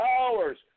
hours